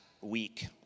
week